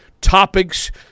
topics